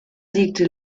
siegte